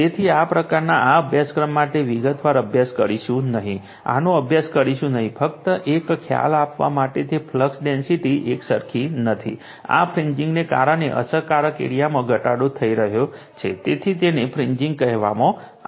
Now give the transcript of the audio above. તેથી આ પ્રકારના આ અભ્યાસક્રમ માટે વિગતવાર અભ્યાસ કરીશું નહીં આનો અભ્યાસ કરીશું નહીં ફક્ત એક ખ્યાલ આપવા માટે કે ફ્લક્સ ડેન્સિટી એકસરખી નથી આ ફ્રિન્ગિંગને કારણે અસરકારક એરીયામાં ઘટાડો થઈ રહ્યો છે તેથી તેને ફ્રિન્ગિંગ કહેવામાં આવે છે